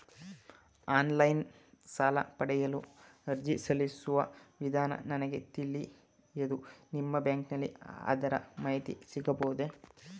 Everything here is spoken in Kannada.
ಆನ್ಲೈನ್ ಸಾಲ ಪಡೆಯಲು ಅರ್ಜಿ ಸಲ್ಲಿಸುವ ವಿಧಾನ ನನಗೆ ತಿಳಿಯದು ನಿಮ್ಮ ಬ್ಯಾಂಕಿನಲ್ಲಿ ಅದರ ಮಾಹಿತಿ ಸಿಗಬಹುದೇ?